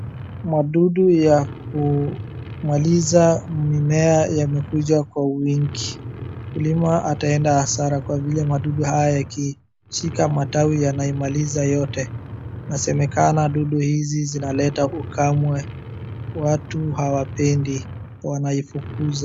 Madudu ya kumaliza mimea yamekuja kwa wingi. Mkulima ataenda hasara kwa vile madudu haya yakishika matawi yanaimaliza yote. Inasemekana dudu hizi zinaleta ukame watu hawapendi wanaifukuza.